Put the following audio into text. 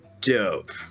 dope